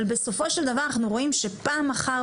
אבל בסופו של דבר אנחנו רואים שפעם אחר